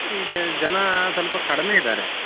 ಈಗ ಜನ ಸ್ವಲ್ಪ ಕಡಿಮೆ ಇದ್ದಾರೆ